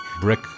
brick